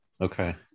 Okay